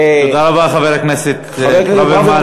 תודה רבה, חבר הכנסת ברוורמן.